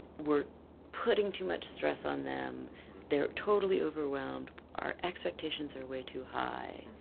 we're putting too much stress on them they're totally overwhelmed our expectations are way too high.